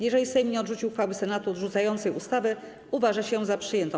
Jeżeli Sejm nie odrzuci uchwały odrzucającej ustawę, uważa się ją za przyjętą.